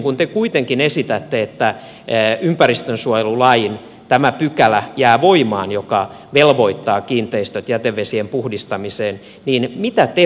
kun te kuitenkin esitätte että ympäristönsuojelulain tämä pykälä jää voimaan joka velvoittaa kiinteistöt jätevesien puhdistamiseen niin mitä te vaaditte